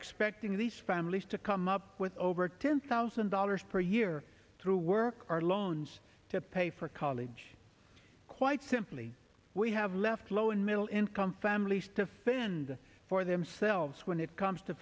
expecting these families to come up with over ten thousand dollars per year through work are loans to pay for college quite simply we have left low and middle income families to fend for themselves when it comes to